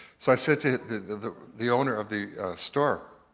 so i said to the the owner of the store,